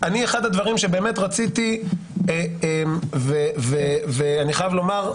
אחד הדברים שבאמת רציתי ואני חייב לומר,